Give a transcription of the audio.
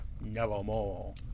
nevermore